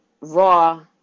raw